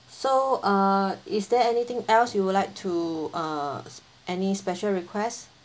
so uh is there anything else you would like to uh any special request